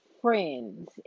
friends